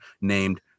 named